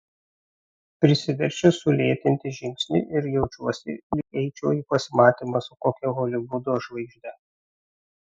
prisiverčiu sulėtinti žingsnį ir jaučiuosi lyg eičiau į pasimatymą su kokia holivudo žvaigžde